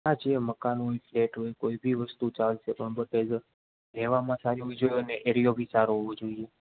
હાં છે મકાન છે ફ્લેટ છે કોઈ બી વસ્તુ ચાલસે બટ એસ રહેવામાં સારી હોવી જોઈએ અને એરિયો બી સારો હોવો જોઈએ